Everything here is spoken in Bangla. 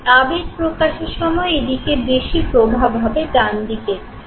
আবেগ প্রকাশের সময়ে এদিকে বেশি প্রভাব হবে ডান দিকের চেয়ে